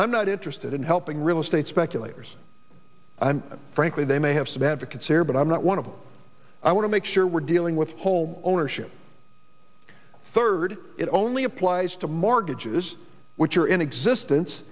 i'm not interested in helping real estate speculators frankly they may have some advocates here but i'm not one of them i want to make sure we're dealing with home ownership third it only applies to mortgages which are in existence